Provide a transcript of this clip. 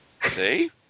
See